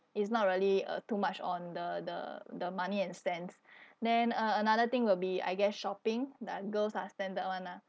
it's not really uh too much on the the the money and cents then uh another thing would be I guess shopping that girls ah standard one ah